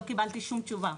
לא קיבלתי שום תשובה,